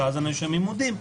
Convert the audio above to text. שבהם הנאשמים מודים.